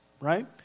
Right